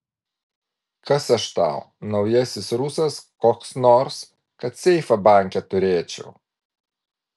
kas aš tau naujasis rusas koks nors kad seifą banke turėčiau